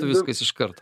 viskas iškart